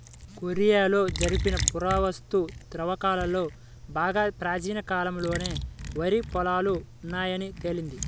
కొరియాలో జరిపిన పురావస్తు త్రవ్వకాలలో బాగా ప్రాచీన కాలంలోనే వరి పొలాలు ఉన్నాయని తేలింది